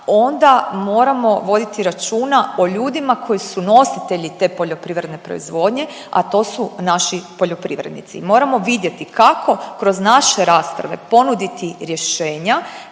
onda moramo voditi računa o ljudima koji su nositelji te poljoprivredne proizvodnje, a to su naši poljoprivrednici. Moramo vidjeti kako kroz naše rasprave ponuditi rješenja